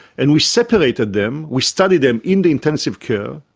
and we separated them, we studied them in the intensive care,